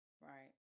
right